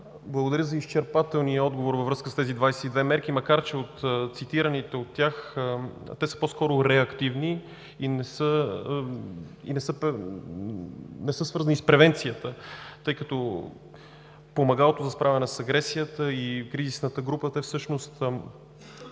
Благодаря за изчерпателния отговор във връзка с тези 22 мерки, макар че цитираните от тях по-скоро са реактивни и не са свързани с превенцията, тъй като помагалото за справяне с агресията и кризисната група всъщност